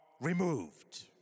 removed